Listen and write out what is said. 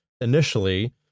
initially